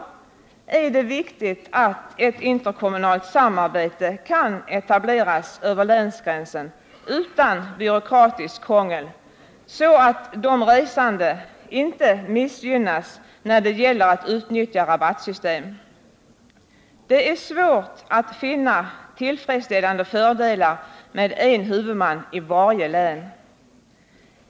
Det är därför viktigt att interkommunalt samarbete kan etableras över länsgränsen utan byråkratiskt krångel, så att de resande inte missgynnas när det gäller att utnyttja rabattsystem. Det är svårt att finna några fördelar med att ha en huvudman i varje län.